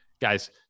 guys